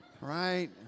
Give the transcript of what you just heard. right